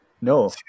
No